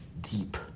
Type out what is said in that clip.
deep